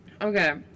Okay